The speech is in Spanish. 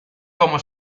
como